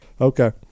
Okay